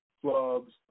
clubs